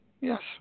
Yes